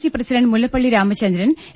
C president Mullappally Ramachandran A